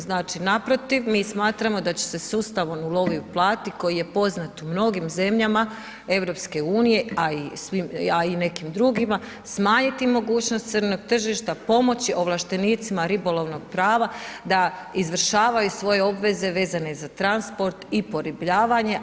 Znači naprotiv mi smatramo da će se sustavom ulovi i uplati koji je poznat u mnogim zemljama EU a i nekim drugima smanjiti mogućnost crnog tržišta, pomoći ovlaštenicima ribolovnog prava da izvršavaju svoje obveze vezane za transport i poribljavanje.